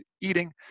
eating